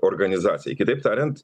organizacijai kitaip tariant